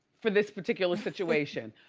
for this particular situation.